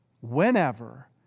whenever